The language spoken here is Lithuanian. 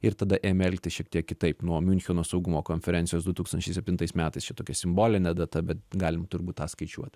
ir tada ėmė elgtis šiek tiek kitaip nuo miuncheno saugumo konferencijos du tūkstančiai septintais metais čia tokia simbolinė data bet galim turbūt tą skaičiuot